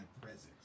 presence